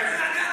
ולכן,